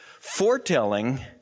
foretelling